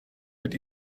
mit